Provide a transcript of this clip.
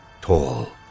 Tall